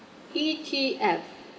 E_T_F